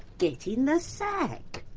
get in the sack.